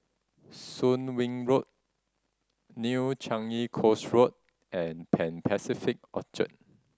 Soon Wing Road New Changi Coast Road and Pan Pacific Orchard